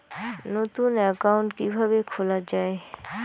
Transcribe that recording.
নতুন একাউন্ট কিভাবে খোলা য়ায়?